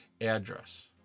address